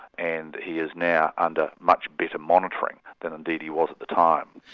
and he is now under much better monitoring than indeed he was at the time.